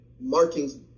markings